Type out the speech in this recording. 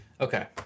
Okay